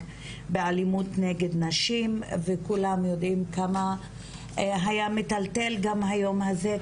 באלימות נגד נשים וכולם יודעים כמה היה מטלטל גם היום הזה,